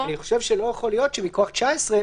אני חושב שלא יכול להיות שמכוח 19,